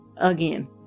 again